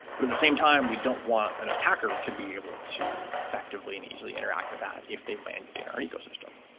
but the same time, we don't want an attacker to be able to effectively and easily interact with that if they landed in our ecosystem.